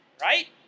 Right